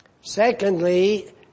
Secondly